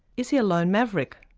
is he a lone maverick?